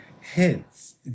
hence